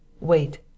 Wait